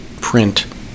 print